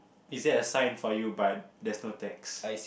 is there a sign for you but there's no text